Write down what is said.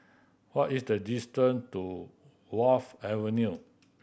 what is the distance to Wharf Avenue